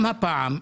גם הפעם,